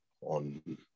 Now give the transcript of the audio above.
on